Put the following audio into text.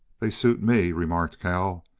they suit me, remarked cal.